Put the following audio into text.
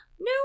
No